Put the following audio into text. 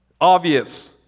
Obvious